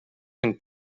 can